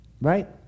right